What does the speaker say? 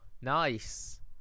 Nice